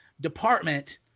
department